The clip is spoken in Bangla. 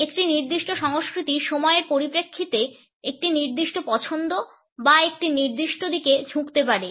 একটি নির্দিষ্ট সংস্কৃতি সময়ের পরিপ্রেক্ষিতে একটি নির্দিষ্ট পছন্দ বা একটি নির্দিষ্ট দিকে ঝুঁকতে পারে